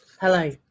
Hello